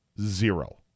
zero